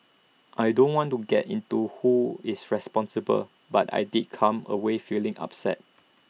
I don't want to get into who is responsible but I did come away feeling upset